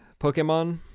Pokemon